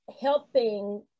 helping